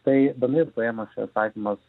tai bendrai paėmus atsakymas